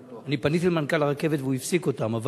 אני פניתי למנכ"ל הרכבת והוא הפסיק אותן.